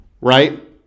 right